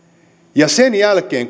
mikäli sen jälkeen